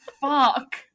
Fuck